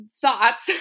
thoughts